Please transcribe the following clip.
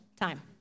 time